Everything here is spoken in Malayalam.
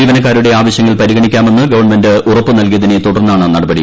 ജീവനക്കാരുടെ ആവശ്യങ്ങൾ പരിഗണിക്കാമെന്ന് ഗവൺമെന്റ് ഉറപ്പുനൽകിയതിനെ തുടർന്നാണ് നടപടി